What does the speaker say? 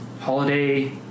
holiday